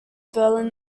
berlin